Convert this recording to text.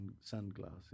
sunglasses